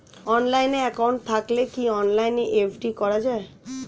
Online account থাকলে কি অনলাইনে এফ.ডি করা যায়?